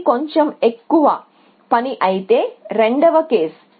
ఇది కొంచెం ఎక్కువ పని అయితే రెండవ కేసు